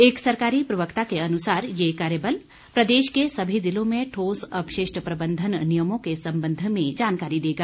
एक सरकारी प्रवक्ता के अनुसार यह कार्यबल प्रदेश के सभी जिलों में ठोस अपशिष्ट प्रबन्धन नियमों के संबंध में जानकारी देगा